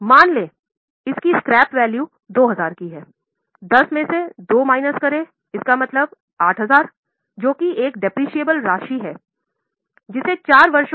मान लें इसकी स्क्रैप वैल्यू 2000 की है 10 में से 2 मैनस करे इसका मतलब है 8000 एक मूल्यह्रास 2000 होगा